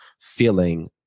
feeling